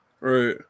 right